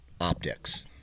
optics